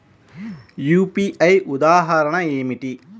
UPI ఉదాహరణ ఏమిటి?